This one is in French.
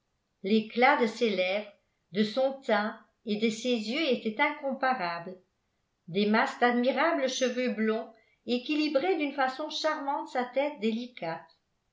l'éclat de ses lèvres de son teint et de ses yeux étaient incomparable des masses d'admirables cheveux blonds équilibraient d'une façon charmante sa tête délicate